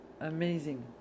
amazing